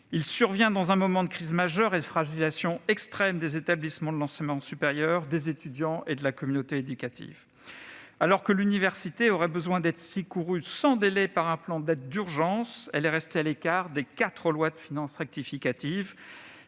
Il survient dans un moment de crise majeure et de fragilisation extrême des établissements de l'enseignement supérieur, des étudiants et de la communauté éducative. Alors que l'université aurait besoin d'être secourue sans délais par un plan d'aide d'urgence, elle est restée à l'écart des quatre lois de finances rectificatives